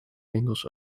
winkels